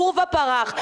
עורבה פרח.